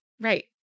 Right